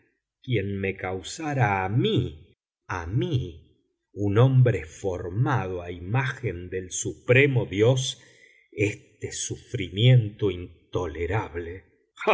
quien me causara a mí a mí un hombre formado a imagen del supremo dios este sufrimiento intolerable